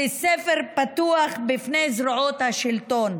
לספר פתוח בפני זרועות השלטון.